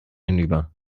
hinüber